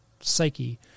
psyche